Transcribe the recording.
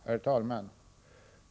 Herr talman!